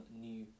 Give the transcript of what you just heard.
new